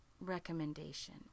recommendation